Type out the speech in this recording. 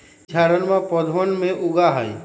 ई झाड़नमा पौधवन में उगा हई